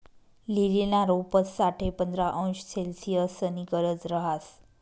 लीलीना रोपंस साठे पंधरा अंश सेल्सिअसनी गरज रहास